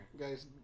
Guys